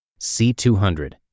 C200